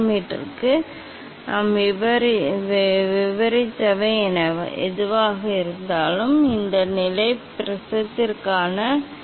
முப்பட்டக கண்ணாடி பொருள் முப்பட்டக கண்ணாடியின் சிதறல் சக்தி முப்பட்டக கண்ணாடியின் சிதறல் சக்தியை எவ்வாறு அளவிடுவது என்பதைப் பொறுத்து இருக்கும் அலைநீளத்தின்மாறிலியை ஒருவர் கண்டுபிடிக்க முடியும்